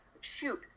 Shoot